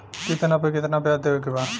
कितना पे कितना व्याज देवे के बा?